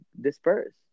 disperse